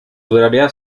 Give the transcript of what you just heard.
duraría